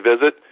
visit